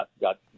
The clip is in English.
got